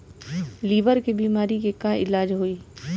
Liver के बीमारी के का इलाज होई?